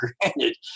granted